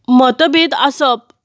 मतभेद आसप